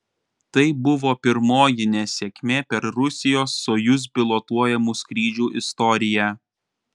tai buvo pirmoji nesėkmė per rusijos sojuz pilotuojamų skrydžių istoriją